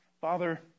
Father